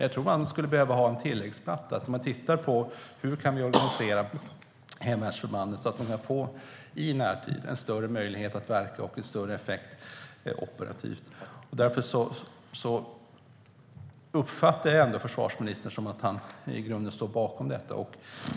Jag tror att det behövs en tilläggsplatta så att vi kan se på hur hemvärnsförbanden kan organiseras så att de i närtid kan få större effekt operativt. Jag uppfattar ändå att försvarsministern i grunden står bakom diskussionen.